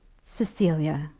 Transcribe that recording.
cecilia,